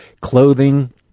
clothing